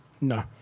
No